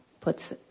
puts